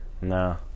No